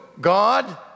God